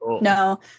No